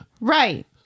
Right